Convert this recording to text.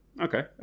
okay